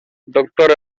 doctor